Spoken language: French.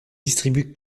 distribue